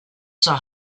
saw